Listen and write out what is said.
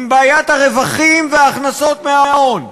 עם בעיית הרווחים וההכנסות מההון.